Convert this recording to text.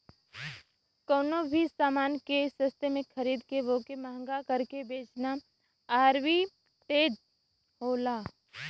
कउनो भी समान के सस्ते में खरीद के वोके महंगा करके बेचना आर्बिट्रेज होला